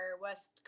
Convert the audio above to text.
west